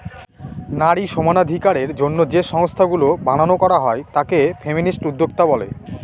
নারী সমানাধিকারের জন্য যে সংস্থাগুলা বানানো করা হয় তাকে ফেমিনিস্ট উদ্যোক্তা বলে